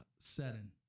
setting